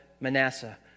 Manasseh